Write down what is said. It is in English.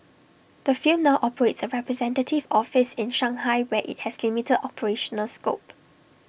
the film now operates A representative office in Shanghai where IT has limited operational scope